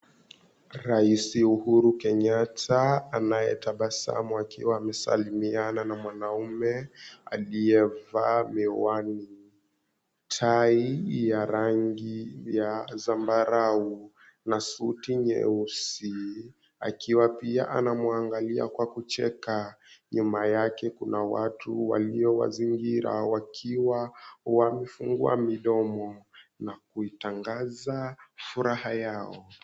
Rais Uhuru Kenyatta anayetabasamu akiwa amesalimiana na mwanaume aliyevaa miwani, tai ya rangi ya zambarau na suti nyeusi akiwa pia anamwangalia kwa kucheka. Nyuma yake kuna watu waliowazingira wakiwa wamefungua midomo na kuitangaza furaha yao.